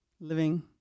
living